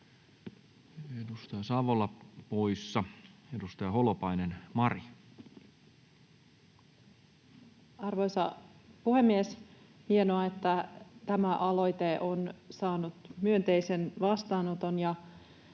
edustaja Savola poissa. — Edustaja Holopainen, Mari. Arvoisa puhemies! Hienoa, että tämä aloite on saanut myönteisen vastaanoton.